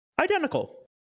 identical